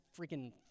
freaking